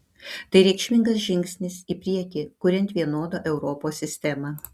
tai reikšmingas žingsnis į priekį kuriant vienodą europos sistemą